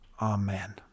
Amen